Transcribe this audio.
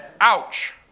Ouch